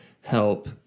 help